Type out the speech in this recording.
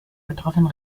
betroffenen